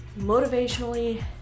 motivationally